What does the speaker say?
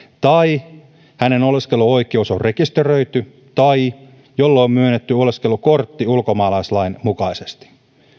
tai jonka oleskeluoikeus on rekisteröity tai jolle on myönnetty oleskelukortti ulkomaalaislain mukaisesti